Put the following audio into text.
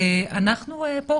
אנחנו פה,